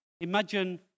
imagine